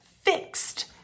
fixed